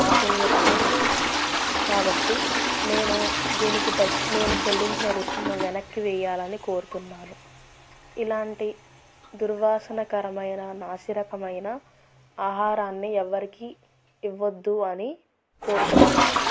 నాపుణ్యతతో వచ్చింది కాబట్టి నేను దీనికి డబ్బు నేను చెల్లించిన రుసుము వెనక్కి వెయ్యాలని కోరుతున్నాను ఇలాంటి దుర్వాసనకరమైన నాసిరకమైన ఆహారాన్ని ఎవ్వరికి ఇవ్వద్దు అని కోరుకుంటున్నాను